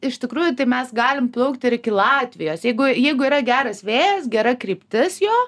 iš tikrųjų tai mes galim plaukt ir iki latvijos jeigu jeigu yra geras vėjas gera kryptis jo